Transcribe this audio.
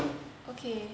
okay